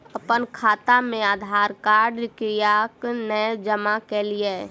अप्पन खाता मे आधारकार्ड कियाक नै जमा केलियै?